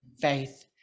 faith